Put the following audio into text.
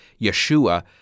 Yeshua